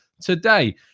today